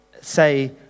say